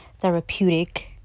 therapeutic